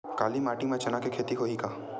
काली माटी म चना के खेती होही का?